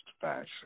fashion